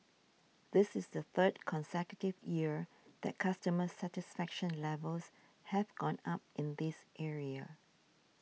this is the third consecutive year that customer satisfaction levels have gone up in this area